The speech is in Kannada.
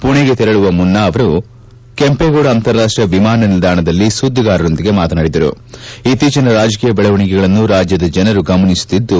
ಪುಣೆಗೆ ತೆರಳುವ ಮುನ್ನ ಅವರು ಕೆಂಪೇಗೌಡ ಅಂತಾರಾಷ್ಷೀಯ ವಿಮಾನ ನಿಲ್ಲಾಣದಲ್ಲಿ ಸುದ್ಗಿಗಾರರೊಂದಿಗೆ ಮಾತನಾಡಿದರು ಇತ್ತೀಚಿನ ರಾಜಕೀಯ ಬೆಳವಣಗೆಗಳನ್ನು ರಾಜ್ಯದ ಜನರು ಗಮನಿಸುತ್ತಿದ್ದು